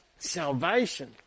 Salvation